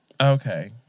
Okay